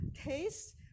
taste